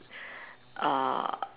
uh